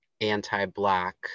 anti-Black